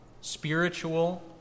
spiritual